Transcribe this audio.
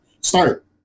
start